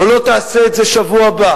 או לא תעשה את זה בשבוע הבא,